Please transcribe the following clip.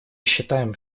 считаем